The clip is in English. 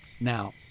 Now